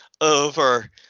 over